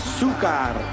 Azúcar